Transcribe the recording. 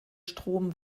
strom